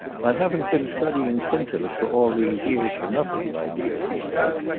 i haven't been studying symptoms for all these years for nothing, my dear, he said.